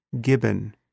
Gibbon